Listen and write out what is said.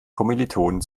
kommilitonen